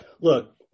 Look